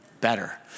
Better